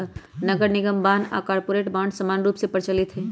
नगरनिगम बान्ह आऽ कॉरपोरेट बॉन्ड समान्य रूप से प्रचलित हइ